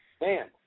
man